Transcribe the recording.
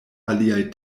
aliaj